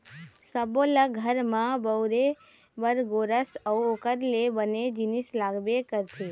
सब्बो ल घर म बउरे बर गोरस अउ ओखर ले बने जिनिस लागबे करथे